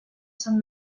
sant